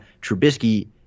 Trubisky